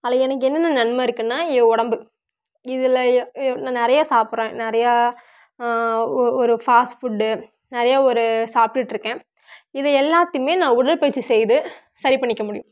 அதில் எனக்கு என்னென்ன நன்மை இருக்குதுன்னா என் உடம்பு இதில் நான் நிறையா சாப்பிட்றேன் நிறையா ஒரு பாஸ்ட் ஃபுட்டு நிறையா ஒரு சாப்பிட்டுட்ருக்கேன் இது எல்லாத்தையுமே நான் உடற்பயிற்சி செய்து சரி பண்ணிக்க முடியும்